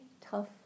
tough